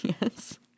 yes